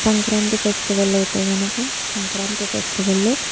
Sankranti festival అయితే కనుక సంక్రాంతి ఫెస్టివల్లో